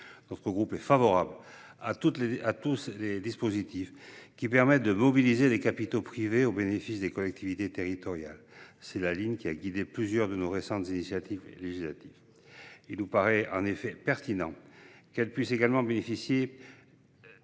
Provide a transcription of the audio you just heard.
Notre groupe est favorable à tous les dispositifs qui permettent de mobiliser des capitaux privés au bénéfice des collectivités territoriales. C’est la ligne qui a guidé plusieurs de nos récentes initiatives législatives. Il nous paraît en effet pertinent que les collectivités puissent également bénéficier